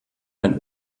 ein